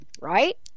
right